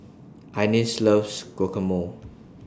Ines loves Guacamole